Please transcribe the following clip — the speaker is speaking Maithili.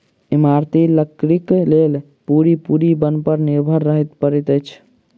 इमारती लकड़ीक लेल पूरा पूरी बन पर निर्भर रहय पड़ैत छै